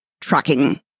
tracking